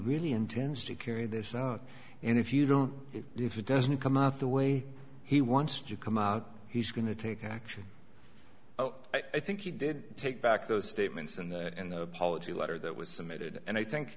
really intends to carry this out and if you don't if it doesn't come out the way he wants to come out he's going to take action i think he did take back those statements and the apology letter that was submitted and i think